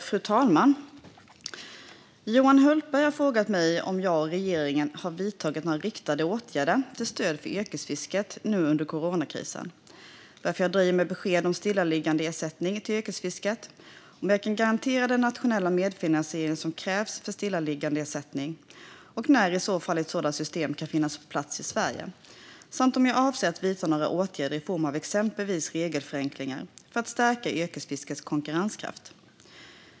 Fru talman! Johan Hultberg har frågat mig om jag och regeringen har vidtagit några riktade åtgärder till stöd för yrkesfisket nu under coronakrisen, varför jag dröjer med besked om stillaliggandeersättning till yrkesfisket, om jag kan garantera den nationella medfinansieringen som krävs för stillaliggandeersättning och när i så fall ett sådant system kan finnas på plats i Sverige samt om jag avser att vidta några åtgärder i form av exempelvis regelförenklingar för att stärka yrkesfiskets konkurrenskraft.